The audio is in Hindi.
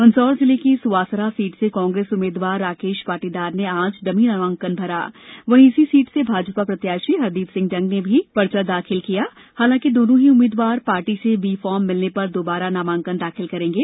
मंदसौर जिले की सुवासरा सीट से कांग्रेस उम्मीदवार राकेश पाटीदार ने आज डमी नामांकन भरा वहीं इसी सीट से भाजपा प्रत्याशी हरदीप सिंह डंग ने भी पर्चा दाखिल किया हालांकि दोनों ही उम्मीद्वार पार्टी से बी फार्म मिलने पर दौबारा नामांकन दाखिल करेंगे